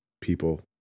people